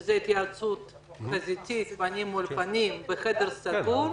כשהיא התייעצות חזיתית, פנים מול פנים בחדר סגור,